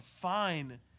fine